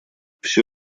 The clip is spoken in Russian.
всё